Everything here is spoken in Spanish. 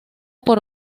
por